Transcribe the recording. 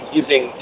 using